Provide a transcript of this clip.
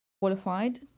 qualified